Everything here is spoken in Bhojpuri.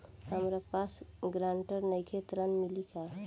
हमरा पास ग्रांटर नईखे ऋण मिली का?